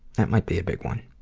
that might be a big one.